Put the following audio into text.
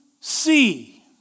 see